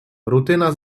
rutyna